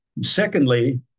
Secondly